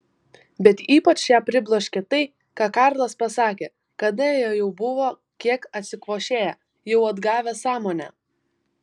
bet ypač ją pribloškė tai ką karlas pasakė kada jie jau buvo kiek atsikvošėję jau atgavę sąmonę